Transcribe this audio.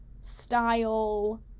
style